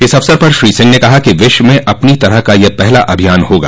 इस अवसर पर श्री सिंह ने कहा कि विश्व में अपनी तरह का यह पहला अभियान होगा